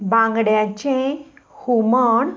बांगड्यांचें हुमण